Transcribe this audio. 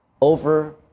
over